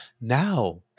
Now